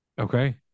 okay